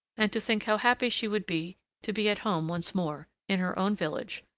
and to think how happy she would be to be at home once more, in her own village,